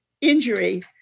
injury